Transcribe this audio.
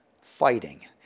fighting